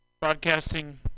Broadcasting